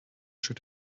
should